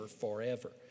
forever